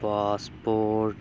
passport